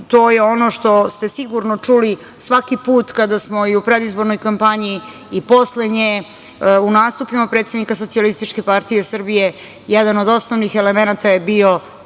To je ono što ste sigurno čuli svaki put kada smo i u predizbornoj kampanji i posle nje, u nastupima predsednika SPS, jedan od osnovnih elemenata je bio